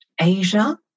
Asia